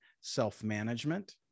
self-management